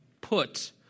put